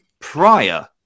prior